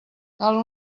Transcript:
cal